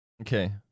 Okay